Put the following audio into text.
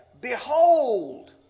Behold